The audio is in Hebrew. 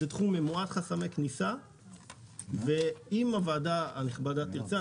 זה תחום עם חסמי כניסה ואם הוועדה הנכבדה תרצה,